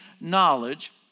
knowledge